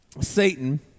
Satan